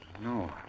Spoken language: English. No